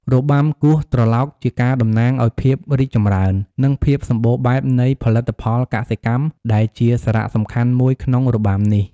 របាំគោះត្រឡោកជាការតំណាងឱ្យភាពរីកចម្រើន និងភាពសម្បូរបែបនៃផលិតផលកសិកម្មដែលជាសារសំខាន់មួយក្នុងរបាំនេះ។